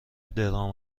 درام